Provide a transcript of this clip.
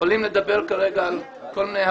עולים לדבר כרגע על כל מיני הסכמות.